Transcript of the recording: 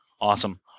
Awesome